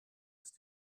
ist